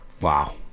Wow